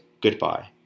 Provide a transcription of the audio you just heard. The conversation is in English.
goodbye